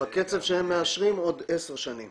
בקצב שהם מאשרים, עוד עשר שנים.